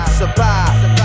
survive